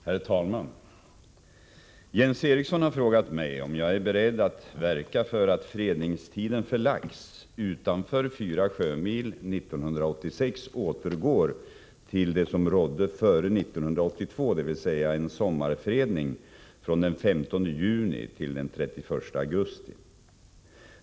Herr talman! Jens Eriksson har frågat mig om jag är beredd att verka för att fredningstiden för lax utanför 4 sjömil 1986 återgår till det som rådde före 1982, dvs. en sommarfredning från den 15 juni till den 31 augusti.